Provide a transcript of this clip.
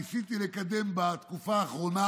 ניסיתי לקדם בתקופה האחרונה.